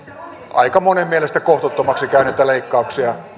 aika monen mielestä kohtuuttomiksi käyneitä leikkauksia